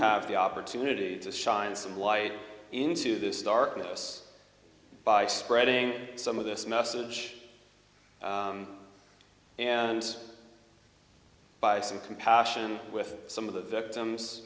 have the opportunity to shine some light into this darkness by spreading some of this message and by some compassion with some of the victims